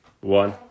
one